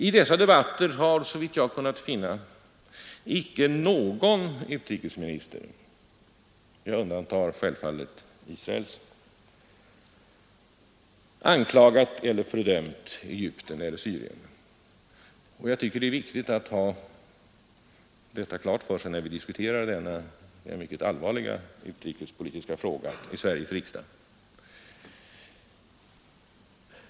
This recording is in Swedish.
I dessa debatter har såvitt jag har kunnat finna icke någon utrikesminister — jag undantar självfallet Israels — anklagat eller fördömt Egypten eller Syrien. Jag tycker det är viktigt att vi har detta klart för oss när vi diskuterar denna mycket allvarliga utrikespolitiska fråga i Sveriges riksdag.